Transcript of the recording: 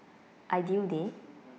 ideal day